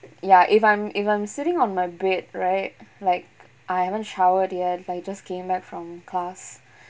ya if I'm if I'm sitting on my bed right like I haven't showered yet if I just came back from class